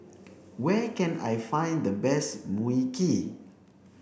where can I find the best Mui Kee